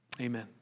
Amen